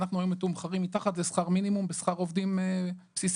אנחנו היום מתומחרים מתחת לשכר מינימום בשכר עובדים בסיסיים.